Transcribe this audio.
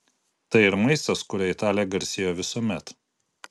tai ir maistas kuriuo italija garsėjo visuomet